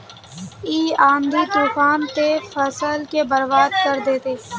इ आँधी तूफान ते फसल के बर्बाद कर देते?